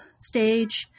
stage